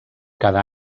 cada